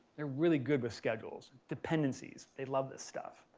they're really good with schedules, dependencies. they love this stuff.